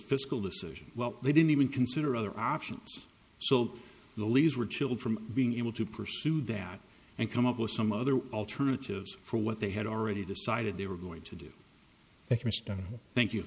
fiscal decision well they didn't even consider other options so the lees were chilled from being able to pursue that and come up with some other alternatives for what they had already decided they were going to do thank you